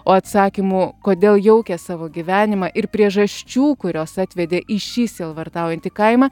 o atsakymų kodėl jaukė savo gyvenimą ir priežasčių kurios atvedė į šį sielvartaujantį kaimą